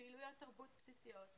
פעילויות תרבות בסיסיות,